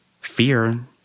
Fear